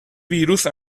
ویروس